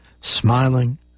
smiling